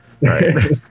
Right